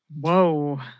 Whoa